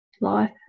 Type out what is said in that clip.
life